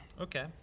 Okay